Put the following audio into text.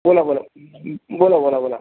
बोला बोला बोला बोला बोला